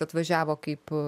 atvažiavo kaip